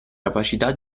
capacità